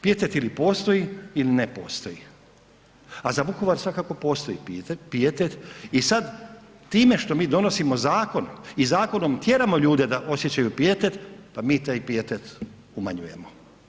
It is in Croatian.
Pijetet ili postoji ili ne postoji, ali za Vukovar svakako postoji pijetet i sad time što mi donosimo zakon i zakonom tjeramo ljude da osjećaju pijetet, pa mi taj pijetet umanjujemo.